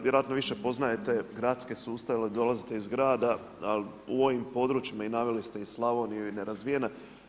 Vjerojatno više poznajete gradske sustave jer dolazite iz grada, ali u ovim područjima i naveli ste i Slavoniju i nerazvijene.